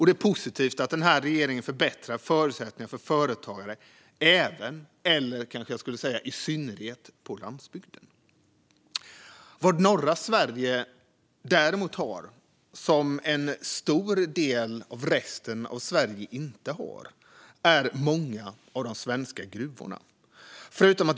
Det är positivt att den här regeringen förbättrar förutsättningarna för företagare även, eller jag kanske ska säga i synnerhet, på landsbygden. Vad norra Sverige däremot har som en stor del av resten av Sverige inte har är många av de svenska gruvorna.